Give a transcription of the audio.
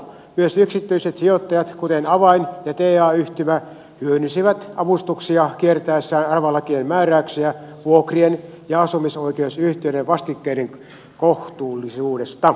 myös yksityiset sijoittajat kuten avain ja ta yhtymä hyödyn sivät avustuksia kiertäessään aravalakien mää räyksiä vuokrien ja asumisoikeusyhtiöiden vastikkeiden kohtuullisuudesta